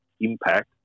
impact